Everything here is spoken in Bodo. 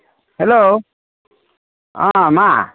हेलौ मा